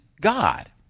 God